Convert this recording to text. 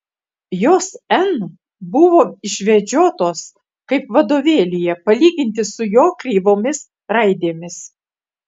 jos n buvo išvedžiotos kaip vadovėlyje palyginti su jo kreivomis raidėmis